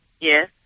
Yes